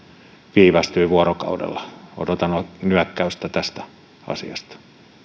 viivästyy vuorokaudella odotan nyökkäystä tästä asiasta